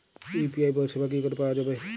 UPI পরিষেবা কি করে পাওয়া যাবে?